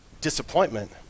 disappointment